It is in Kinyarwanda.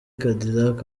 cadillac